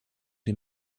him